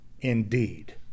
indeed